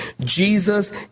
Jesus